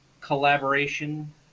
collaboration